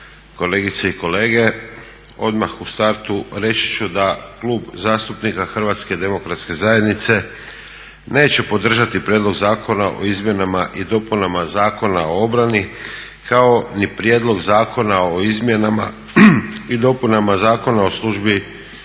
kolegice i kolege. Odmah u startu reći ću da Klub zastupnika HDZ-a neće podržati prijedlog Zakona o izmjenama i dopunama Zakona o obrani kao ni prijedlog Zakona o izmjenama i dopunama Zakona o službi u Oružanim